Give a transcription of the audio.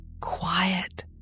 quiet